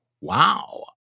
Wow